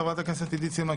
חברת הכנסת עידית סילמן,